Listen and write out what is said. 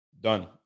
Done